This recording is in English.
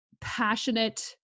passionate